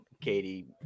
Katie